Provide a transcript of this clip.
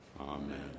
Amen